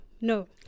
no